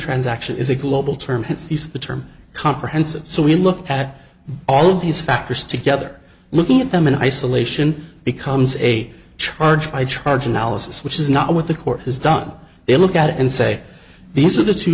transaction is a global term he's the term comprehensive so we look at all of these factors together looking at them in isolation becomes a charge by charge analysis which is not what the court has done they look at it and say these are the two